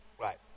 Right